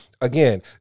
Again